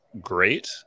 great